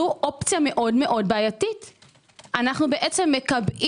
זו תוכנית שהיא פלסטר.